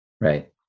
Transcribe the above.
Right